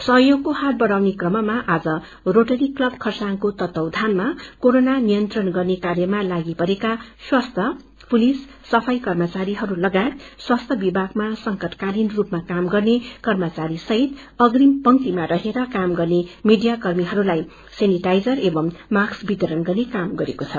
सहयोगको हात बढ़ाउने क्रममा आ जरोटरी क्लब खरसाङको तत्वाधनमा कोरोना नियंत्रण गर्ने कार्यमा लागिपरेका स्वास्थ्य पुलिस सफाई कर्मचारीहरूस् लागायत स्वास्थ्य विभागमा संकटकालिन रूपमा काम गर्ने कर्मचारी सहित अग्रीम पंक्तिमा रहेर काम गर्ने मीडिया कर्मीहरूलाई सेनिटाईजर एव मास्क वितरण गर्ने काम गरेको छ